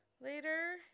later